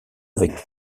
avec